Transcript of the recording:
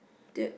tilt